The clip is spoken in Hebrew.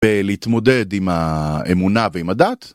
ולהתמודד עם האמונה ועם הדת.